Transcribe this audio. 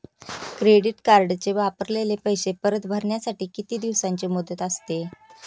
Credit कार्डचे वापरलेले पैसे परत भरण्यासाठी किती दिवसांची मुदत असते?